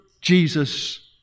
Jesus